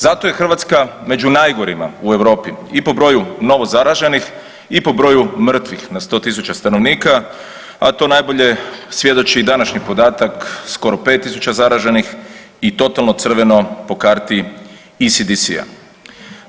Zato je Hrvatska među najgorima u Europi i po broju novo zaraženih i po broju mrtvih na 100.000 stanovnika, a to najbolje svjedoči i današnji podatak skoro 5.000 zaraženih i totalno crveno po karti ECDC-a.